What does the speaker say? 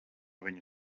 viņu